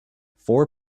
four